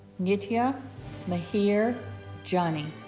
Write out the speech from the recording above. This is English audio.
nitya mihir jani